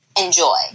enjoy